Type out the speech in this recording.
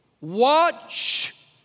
Watch